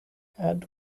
add